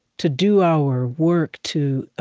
to do our work, to